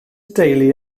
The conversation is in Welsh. deulu